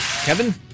Kevin